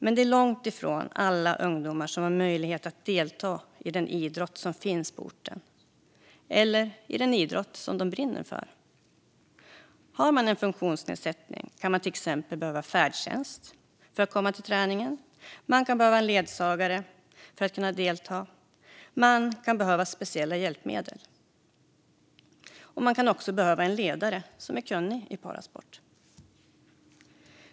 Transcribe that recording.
Men det är långt ifrån alla ungdomar som har möjlighet att delta i den idrott som finns på orten eller i den idrott som de brinner för. Har man en funktionsnedsättning kan man till exempel behöva färdtjänst för att komma till träningen. Man kan behöva en ledsagare för att kunna delta. Man kan behöva speciella hjälpmedel. Man kan också behöva en ledare som är kunnig i parasport.